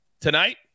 Tonight